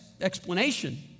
explanation